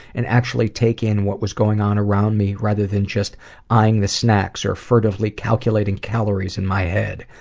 and actually take in what was going on around me rather than just eyeing the snacks, or furtively counting calories in my head.